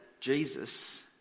Jesus